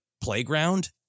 playground